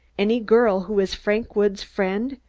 any girl who is frank woods' friend,